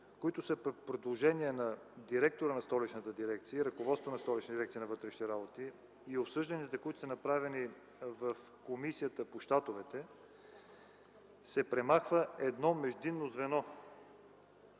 които са по предложение на директора на Столичната дирекция и ръководството на Столична дирекция на вътрешните работи и обсъжданията, които са направени от Комисията по щатовете, се премахва едно междинно звено.